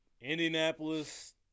Indianapolis